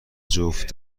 جفت